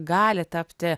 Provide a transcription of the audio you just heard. gali tapti